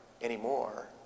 anymore